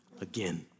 again